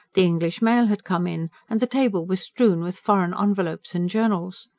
the english mail had come in, and the table was strewn with foreign envelopes and journals.